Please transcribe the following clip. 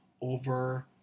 over